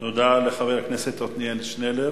תודה לחבר הכנסת עתניאל שנלר.